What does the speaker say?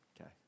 okay